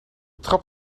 trap